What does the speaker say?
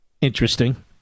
Interesting